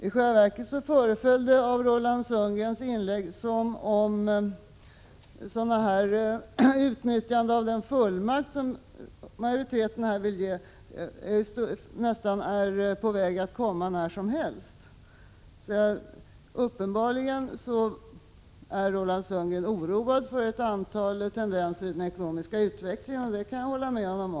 I själva verket förefaller det av Roland Sundgrens inlägg som om ett utnyttjande av den fullmakt som majoriteten vill ställa ut är på väg att komma nästan när som helst. Uppenbarligen är Roland Sundgren oroad av ett antal tendenser i den ekonomiska utvecklingen; den oron kan jag dela med honom.